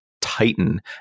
titan